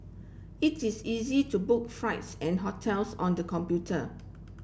it is easy to book flights and hotels on the computer